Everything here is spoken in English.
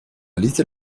little